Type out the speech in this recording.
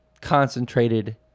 concentrated